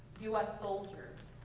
us soldiers,